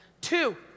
Two